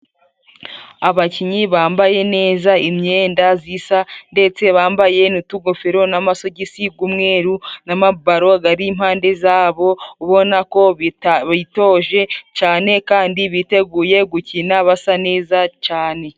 Abakinyi bambaye neza imyenda zisa ndetse bambaye n'utugofero n'amasogisi g'umweru, n'amabalo gari impande zabo, ubona ko bitoje cane kandi biteguye gukina basa neza cane.